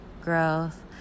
growth